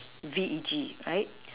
V E G right